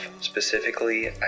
specifically